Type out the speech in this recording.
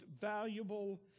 valuable